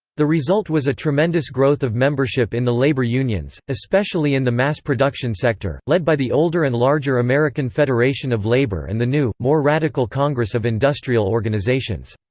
the result was a tremendous growth of membership in the labor unions, especially in the mass-production sector, led by the older and larger american federation of labor and the new. more radical congress of industrial organizations.